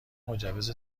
مجوز